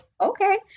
okay